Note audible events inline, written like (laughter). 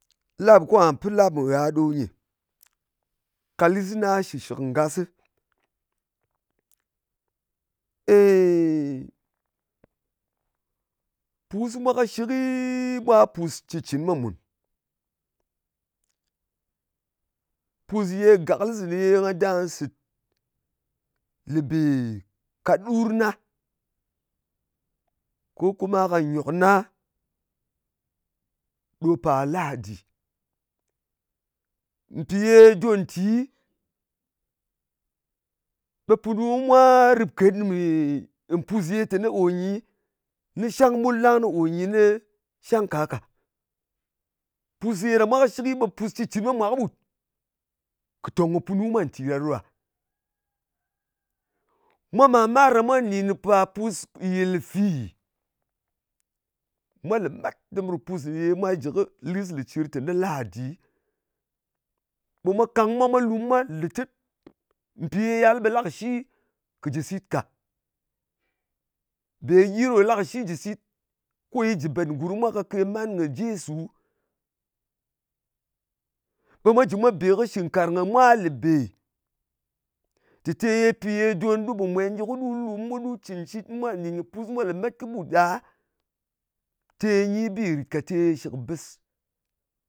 Lap ko ngà pɨ lap ngha ɗo nyɨ. Ka lis na shɨshɨk ngasɨ. (hesitation) èeyi!. Pus mwa kɨshɨki, mwa pùs shitcɨn mwa mùn. Pus gàklɨs ne ye nga dà sɨ̀t lēbē ka ɗur na, ko kuma ka nyòk na ɗò pa ladi. Mpì ye don nti, ɓe punu mwa rɨp ket (hesitation) pùs ye teni ò nyi ni shang ɓul, ɗang nɨ ò nyi shang ka kà. Pus ye ɗa mwa kɨshɨkɨ, ɓe pus shitcɨn mwa mwà kɨɓut. Kɨ̀ tòng kɨ punu mwa ntì ɗa ɗo ɗa. Mwa màr-mar ɗa mwa nɗìn pàr pus nyìlfi. Mwa lemet dɨm ru pus ye mwa jɨ kɨ lis yē cir teni ladì. Ɓe mwa kang mwa, mwa lum mwa lɨ̀tɨk. Mpì ye yal, ɓe lakɨ shi kɨ jɨ sit ka. Bē gyi ɗò lakɨshi jɨ sit. Ko yɨt jɨ bet ngurm mwa kake man kɨ jesu. Ɓe mwa jɨ mwa bè kɨ shɨngkarng kɨ mwa lē bē, tè te ye, te don ɗu pò mwen, ko ɗu lum, ko ɗu cɨn shit mwa nɗin kɨ pus mwa lemet kɨɓut ɗa, te nyi bì rìtka, tē shɨkbɨs.